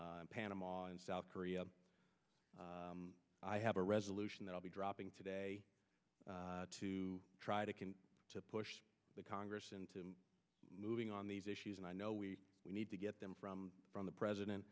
panama and south korea i have a resolution that i'll be dropping today to try to push the congress into moving on these issues and i know we need to get them from from the president